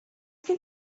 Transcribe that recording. gen